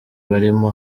barimo